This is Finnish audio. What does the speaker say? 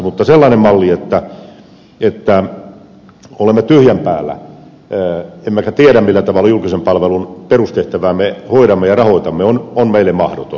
mutta sellainen malli että olemme tyhjän päällä emmekä tiedä millä tavalla julkisen palvelun perustehtäväämme hoidamme ja rahoitamme on meille mahdoton